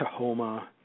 Tahoma